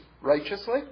righteously